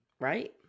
Right